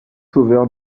sauveur